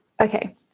Okay